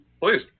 Please